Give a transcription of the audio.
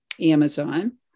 Amazon